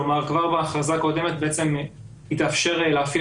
כלומר כבר בהכרזה הקודמת התאפשר להפעיל